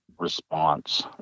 response